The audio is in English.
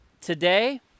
Today